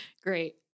Great